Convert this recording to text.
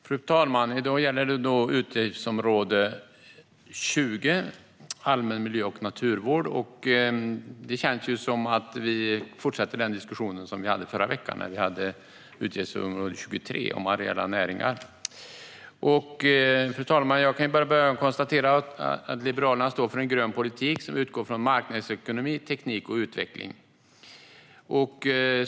Fru talman! I dag gäller det utgiftsområde 20 Allmän miljö och naturvård. Det känns som att vi fortsätter den diskussion vi förde förra veckan, då vi diskuterade utgiftsområde 23 om areella näringar. Fru talman! Liberalerna står för en grön politik som utgår från marknadsekonomi, teknik och utveckling.